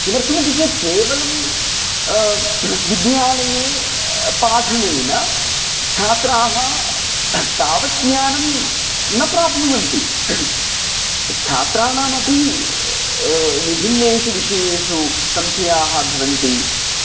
किमर्थमिति चेत् केवलं विद्यालये पाठनेन छात्राः तावत् ज्ञानं न प्राप्नुवन्ति छात्राणामपि विभिन्नेषु विषयेषु संशयाः भवन्ति